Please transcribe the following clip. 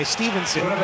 Stevenson